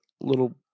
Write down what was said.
little